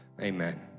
amen